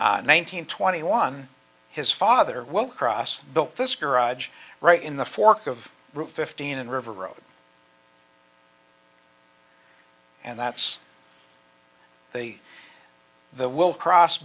hundred twenty one his father will cross built this garage right in the fork of fifteen in river road and that's they the will cross